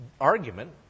argument